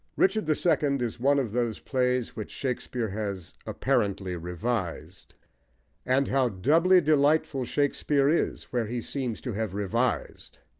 richard the second is one of those plays which shakespeare has apparently revised and how doubly delightful shakespeare is where he seems to have revised!